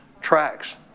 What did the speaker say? Tracks